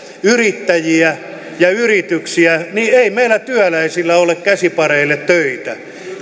yrittäjiä ja yrityksiä niin ei meillä työläisillä ole käsipareille töitä